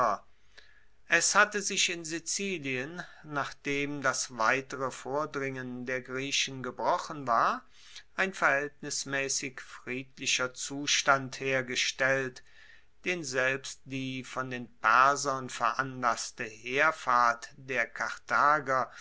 es hatte sich in sizilien nachdem das weitere vordringen der griechen gebrochen war ein verhaeltnismaessig friedlicher zustand hergestellt den selbst die von den persern veranlasste heerfahrt der karthager